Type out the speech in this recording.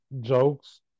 jokes